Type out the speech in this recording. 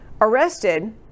arrested